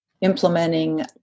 implementing